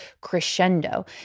crescendo